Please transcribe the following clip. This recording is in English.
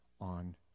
on